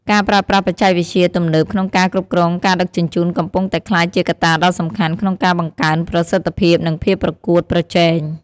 ការប្រើប្រាស់បច្ចេកវិទ្យាទំនើបក្នុងការគ្រប់គ្រងការដឹកជញ្ជូនកំពុងតែក្លាយជាកត្តាដ៏សំខាន់ក្នុងការបង្កើនប្រសិទ្ធភាពនិងភាពប្រកួតប្រជែង។